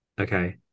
Okay